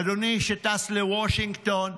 אדוני, שטס לוושינגטון,